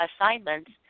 assignments